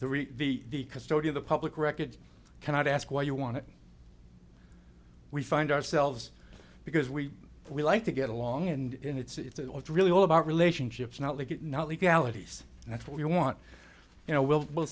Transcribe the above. of the public records cannot ask why you want it we find ourselves because we we like to get along and it's really all about relationships not like it not legalities and that's what we want you know will